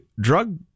drug